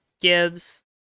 gibbs